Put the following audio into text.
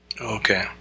Okay